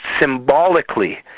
symbolically